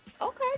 okay